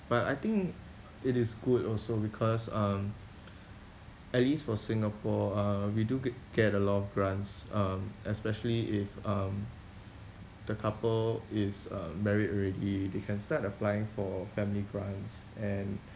but I think it is good also because um at least for Singapore uh we do g~ get a lot of grants um especially if um the couple is uh married already they can start applying for family grants and